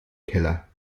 keller